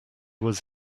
was